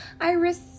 Iris